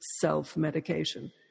self-medication